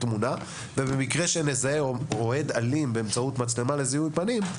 במקרה שנזהה אוהד אלים באמצעות מצלמה לזיהוי פנים,